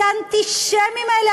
זה האנטישמים האלה,